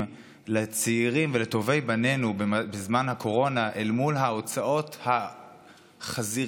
לצעירים ולטובי בנינו בזמן הקורונה אל מול ההוצאות החזיריות